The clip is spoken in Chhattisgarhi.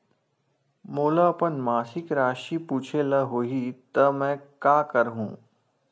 मोला अपन मासिक राशि पूछे ल होही त मैं का करहु?